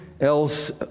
else